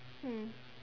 mm